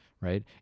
right